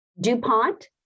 DuPont